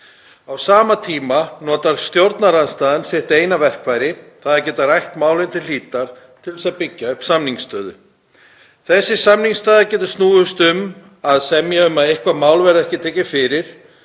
Á sama tíma notar stjórnarandstaðan sitt eina verkfæri, þ.e. að geta rætt mál til hlítar til þess að byggja upp samningsstöðu. Þessi samningsstaða getur snúist um að semja um að eitthvert mál verði ekki tekið fyrir,